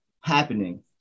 happening